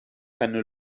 keine